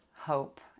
hope